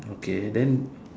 okay then